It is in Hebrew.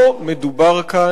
אני לא מוכן לזה,